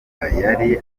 yari